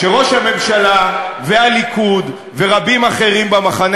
כשראש הממשלה והליכוד ורבים אחרים במחנה